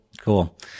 cool